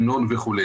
המנון וכו'.